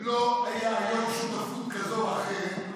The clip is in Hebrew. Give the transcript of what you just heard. אם לא הייתה היום שותפות כזאת או אחרת,